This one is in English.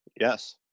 Yes